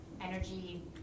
energy